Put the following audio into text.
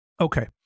Okay